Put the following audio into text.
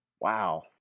Wow